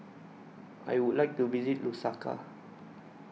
I Would like to visit Lusaka